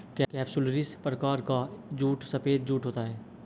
capsularis प्रकार का jute सफेद जूट होता है